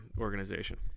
organization